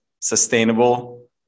sustainable